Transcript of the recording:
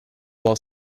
while